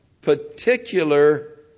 particular